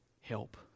help